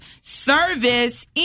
service